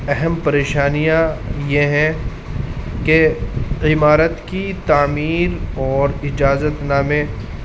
اہم پریشانیاں یہ ہیں کہ عمارت کی تعمیر اور اجازت نامے